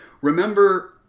Remember